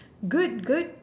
good good